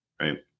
right